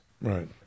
Right